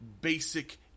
basic